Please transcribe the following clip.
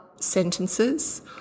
sentences